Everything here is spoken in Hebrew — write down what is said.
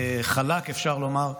חלק, אפשר לומר,